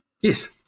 Yes